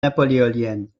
napoléoniennes